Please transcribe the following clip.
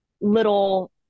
little